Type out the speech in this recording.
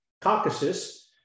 Caucasus